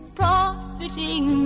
profiting